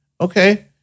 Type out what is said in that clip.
Okay